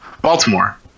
Baltimore